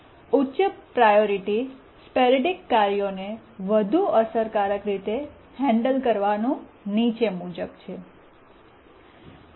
ઉચ્ચ પ્રાયોરિટીસ્પોરૈડિક કાર્યોને વધુ અસરકારક રીતે હેન્ડલ કરવાનું નીચે મુજબ છે